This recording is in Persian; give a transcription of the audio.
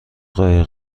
قایق